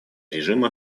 режима